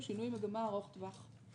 הוא שינוי מגמה ארוך טווח.